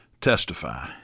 testify